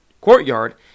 courtyard